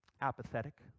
apathetic